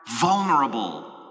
vulnerable